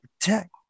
protect